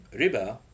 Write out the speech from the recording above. riba